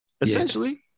essentially